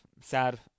sad